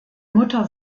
mutter